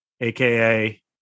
aka